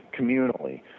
communally